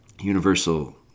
universal